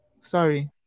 Sorry